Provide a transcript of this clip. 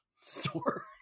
store